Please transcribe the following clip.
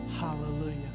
Hallelujah